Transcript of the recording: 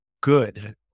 good